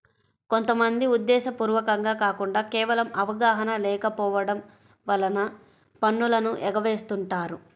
కొంత మంది ఉద్దేశ్యపూర్వకంగా కాకుండా కేవలం అవగాహన లేకపోవడం వలన పన్నులను ఎగవేస్తుంటారు